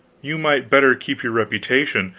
you might better keep your reputation,